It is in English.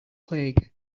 plague